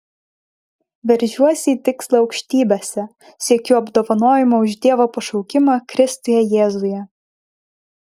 veržiuosi į tikslą aukštybėse siekiu apdovanojimo už dievo pašaukimą kristuje jėzuje